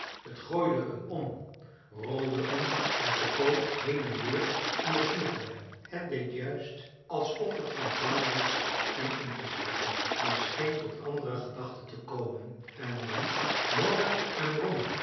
het gooide hem om rolde hem met de poot heen en weer en besnuffelde hem het deed juist alsof het van plan was hem in te slikken maar scheen tot andere gedachten te komen en riep morre en bromme